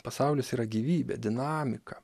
pasaulis yra gyvybė dinamika